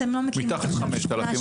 מתחת ל-5,000,